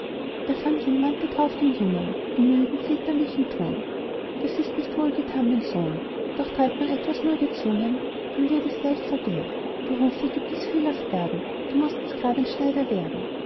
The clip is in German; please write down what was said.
der fremdling mahnte drauf den jungen in mildem väterlichem ton das ist nicht wohlgetan mein sohn doch treibt man etwas nur gezwungen dann wird es einem leicht vergällt berufe gibt es viel auf erden du mußt nicht grad ein schneider werden